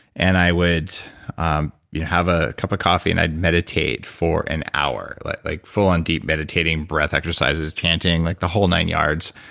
and i would um have a cup of coffee and i'd meditate for an hour like like full on deep meditating breath exercises, chanting, like the whole nine yards.